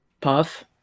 puff